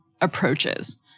approaches